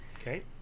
Okay